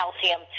calcium